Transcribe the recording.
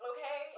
Okay